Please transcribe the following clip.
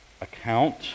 account